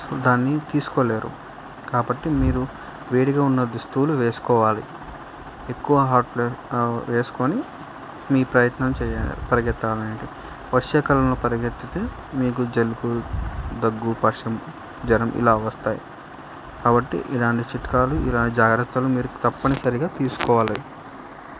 so దాన్ని తీసుకోలేరు కాబట్టి మీరు వేడిగా ఉన్న దుస్తులు వేసుకోవాలి ఎక్కువ హాట్ పలే వేసుకుని మీ ప్రయత్నం చెయ్యాలి పరిగెత్తాలంటే వర్షాకాలంలో పరిగెత్తితే మీకు జలుబు దగ్గు పడిసెం జ్వరం ఇలా వస్తాయి కాబట్టి ఇలాంటి చిట్కాలు ఇలాంటి జాగ్రత్తలు మీరు తప్పనిసరిగా తీసుకోవాలి